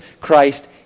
Christ